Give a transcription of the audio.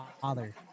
father